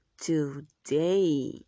today